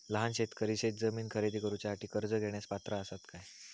लहान शेतकरी शेतजमीन खरेदी करुच्यासाठी कर्ज घेण्यास पात्र असात काय?